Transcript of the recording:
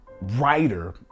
writer